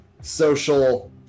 social